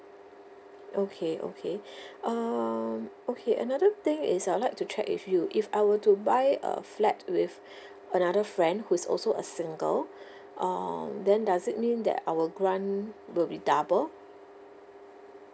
okay okay um okay another thing is I'll like to check with you if I were to buy a flat with another friend who's also a single err then does it mean that our grant will be double